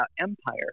empire